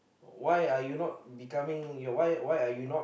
why are you not becoming ya why why are you not